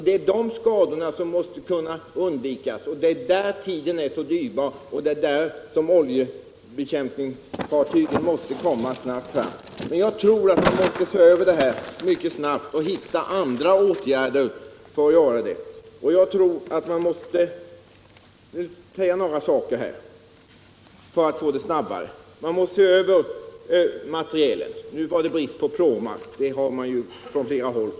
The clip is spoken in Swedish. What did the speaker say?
Det är de skadorna som måste kunna undvikas, och det är därför tiden är så dyrbar och det är därför som oljebekämpningsfartyg måste komma fram snabbt. Jag tror att man måste se över det här mycket snabbt, och det är några saker som man måste göra för att det skall gå snabbare. Man måste se över materielen. Nu var det brist på pråmar — det har sagts klart från flera håll.